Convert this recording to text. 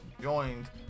joined